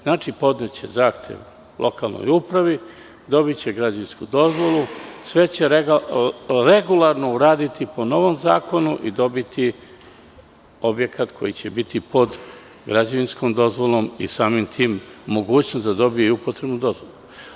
Znači, podneće zahtev lokalnoj upravi, dobiće građevinsku dozvolu, sve će regularno uraditi po novom zakonu i dobiti objekat koji će biti pod građevinskom dozvolom i samim tim mogućnost da dobiju upotrebnu dozvolu.